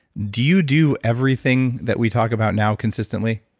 do you do everything that we talk about now consistently?